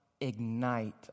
ignite